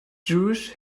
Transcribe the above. jewish